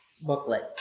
booklet